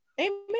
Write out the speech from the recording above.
Amen